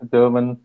German